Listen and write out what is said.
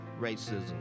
Racism